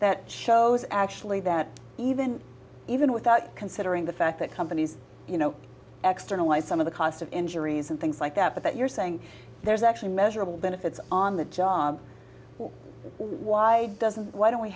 that shows actually that even even without considering the fact that companies you know externalize some of the cost of injuries and things like that that you're saying there's actually measurable benefits on the job why doesn't why don't we